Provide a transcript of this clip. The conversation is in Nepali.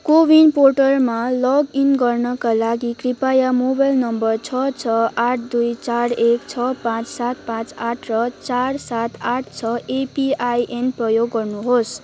कोविन पोर्टलमा लगइन गर्नाका लागि कृपया मोबाइल नम्बर छः छः आठ दुई चार एक छः पाँच सात पाँच आठ र चार सात आठ छः एमपिआइएन प्रयोग गर्नुहोस्